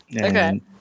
Okay